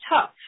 tough